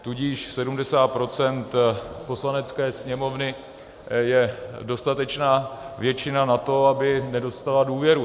Tudíž 70 % Poslanecké sněmovny je dostatečná většina na to, aby nedostala důvěru.